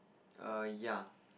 err ya